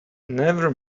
never